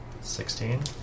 Sixteen